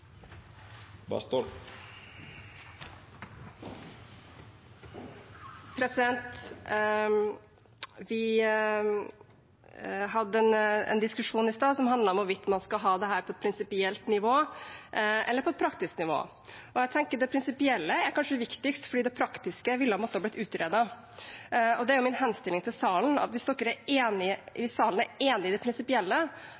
straffes. Vi hadde i stad en diskusjon som handlet om hvorvidt man skal ha dette på et prinsipielt eller et praktisk nivå. Jeg tenker det prinsipielle kanskje er viktigst, for det praktiske ville måtte bli utredet. Hvis man er enig i det prinsipielle – at de politiske rettighetene for barn og unge i dag er